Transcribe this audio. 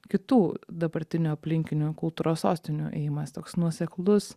kitų dabartinių aplinkinių kultūros sostinių ėjimas toks nuoseklus